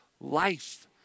Life